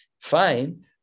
Fine